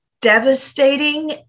devastating